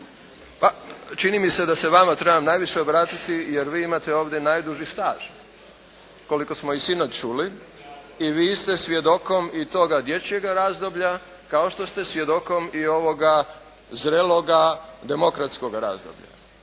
Pa, čini mi se da se vama trebam najviše obratiti jer vi imate ovdje najduži staž, koliko smo i sinoć čuli i vi ste svjedokom i toga dječjega razdoblja, kao što ste i svjedokom i ovoga zreloga demokratskoga razdoblja.